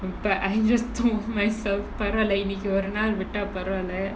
but I just told myself பரவால இன்னைக்கு ஒரு நாள் விட்டா பரவால:paravaala innaikku oru naal vittaa paravaala